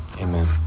amen